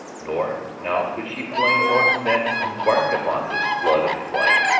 nor now could she blame norton that, embarked upon this flood of his life,